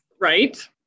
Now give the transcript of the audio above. Right